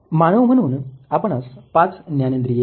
मानव म्हणून आपणास पाच ज्ञानेंद्रिये आहेत